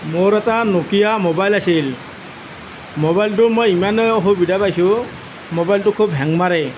মোৰ এটা Nokia mobile আছিল মোবাইলটো মই ইমানে অসুবিধা পাইছোঁ মোবাইলটো খুব হেং মাৰে